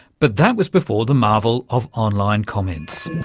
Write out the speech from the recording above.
but that was before the marvel of online comments.